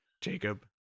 Jacob